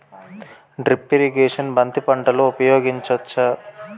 Drip irrigation బంతి పంటలో ఊపయోగించచ్చ?